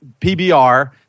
PBR